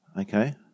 Okay